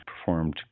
performed